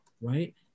right